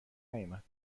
نیومد